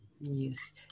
Yes